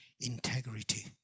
integrity